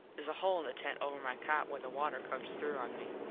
theres a hole in the tent over my cot where the water comes through on me.